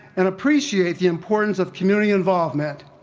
and appreciate the importance of community involvement,